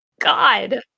God